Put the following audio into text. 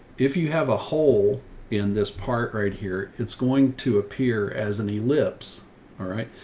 if you have a hole in this part right here, it's going to appear as an ellipse. alright.